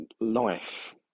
life